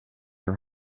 your